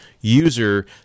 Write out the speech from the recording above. user